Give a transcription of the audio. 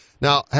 Now